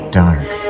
dark